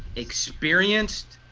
experienced,